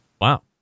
Wow